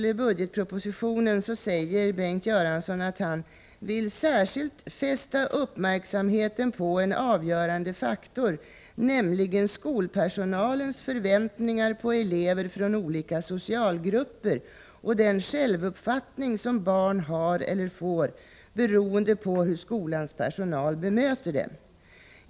10 till budgetpropositionen säger Bengt Göransson: ”Jag vill här särskilt fästa uppmärksamheten på en avgörande faktor, nämligen skolpersonalens förväntningar på elever från olika socialgrupper och den självuppfattning som barn har eller får beroende på hur skolans personal bemöter dem.